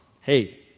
hey